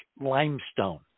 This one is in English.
limestone